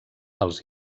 els